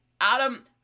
adam